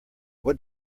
what